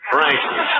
Frankie